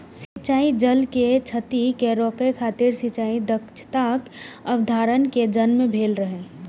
सिंचाइ जल के क्षति कें रोकै खातिर सिंचाइ दक्षताक अवधारणा के जन्म भेल रहै